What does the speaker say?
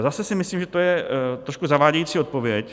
Zase si myslím, že to je trošku zavádějící odpověď.